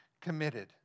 committed